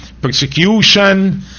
persecution